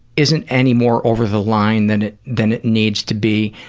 isn't any more over the line than it than it needs to be.